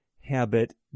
habit